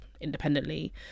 independently